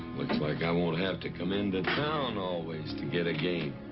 looks like i won't have to come into town always to get a game.